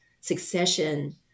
succession